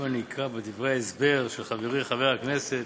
אם אקרא מדברי ההסבר של חברי חבר הכנסת